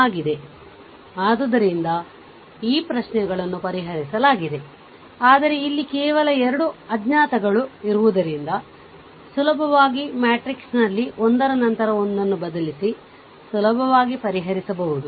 ಆಗಿದೆಅದುದರಿಂದ ಈ 2 ಪ್ರಶ್ನೆಗಳನ್ನು ಪರಿಹರಿಸಲಾಗಿದೆ ಆದರೆ ಇಲ್ಲಿ ಕೇವಲ 2 ಅಜ್ಞಾತಗಳಿರುವುದ್ದರಿಂದ ಸುಲಭವಾಗಿ ಮ್ಯಾಟ್ರಿಕ್ಸ್ ನಲ್ಲಿ ಒಂದರ ನಂತರ ಒಂದನ್ನು ಬದಲಿಸಿ ಸುಲಭವಾಗಿ ಪರಿಹರಿಸಬಹುದು